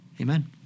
Amen